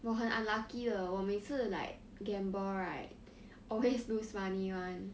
我很 unlucky 的我每次 like gamble right always lose money [one]